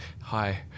hi